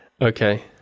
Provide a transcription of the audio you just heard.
Okay